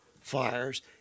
fires